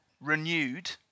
Renewed